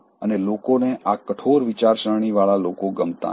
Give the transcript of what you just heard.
અને લોકોને આ કઠોર વિચારસરણીવાળા લોકો ગમતાં નથી